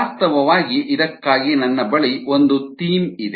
ವಾಸ್ತವವಾಗಿ ಇದಕ್ಕಾಗಿ ನನ್ನ ಬಳಿ ಒಂದು ಥೀಮ್ ಇದೆ